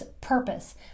purpose